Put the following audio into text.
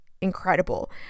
incredible